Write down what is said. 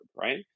right